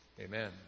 Amen